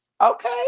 okay